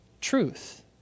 truth